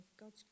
God's